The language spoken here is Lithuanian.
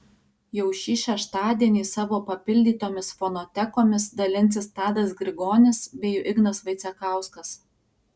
jau šį šeštadienį savo papildytomis fonotekomis dalinsis tadas grigonis bei ignas vaicekauskas